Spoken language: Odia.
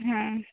ହଁ